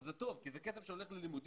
זה טוב כי זה כסף שהולך ללימודים,